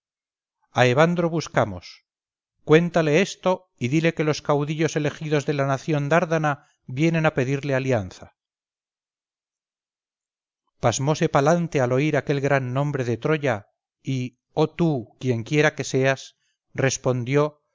evandro buscamos cuéntale esto y dile que los caudillos elegidos de la nación dárdana vienen a pedirle alianza pasmose palante al oír aquel gran nombre de troya y oh tú quienquiera que seas respondió